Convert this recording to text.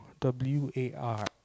W-A-R